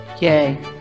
yay